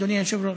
אדוני היושב-ראש?